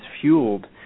fueled